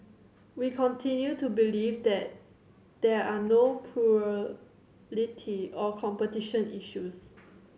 we continue to believe that there are no plurality or competition issues